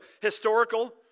historical